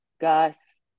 Gus